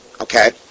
okay